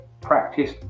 Practice